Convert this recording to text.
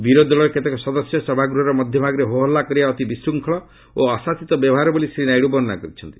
ବିରୋଧୀ ଦଳର କେତେକ ସଦସ୍ୟ ସଭାଗୂହର ମଧ୍ୟଭାଗରେ ହୋହାଲ୍ଲା କରିବା ଅତି ବିଶ୍ଖଖଳ ଓ ଆଶାତିତ ବ୍ୟବହାର ବୋଲି ଶ୍ରୀ ନାଇଡ଼ୁ ବର୍ଷ୍ଣନା କରିଛନ୍ତି